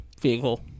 Vehicle